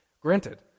Granted